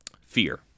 Fear